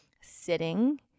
sitting